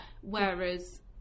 whereas